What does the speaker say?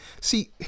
See